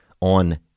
on